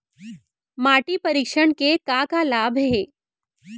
माटी परीक्षण के का का लाभ हे?